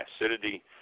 acidity